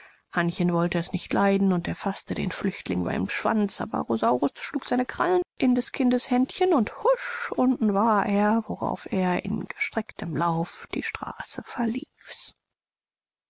wollte es nicht leiden und erfaßte den flüchtling beim schwanz aber rosaurus schlug seine krallen in des kindes händchen und husch unten war er worauf er in gestrecktem laufe die straße verließ